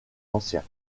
anciens